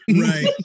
right